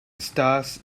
stars